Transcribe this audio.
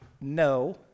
no